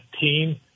team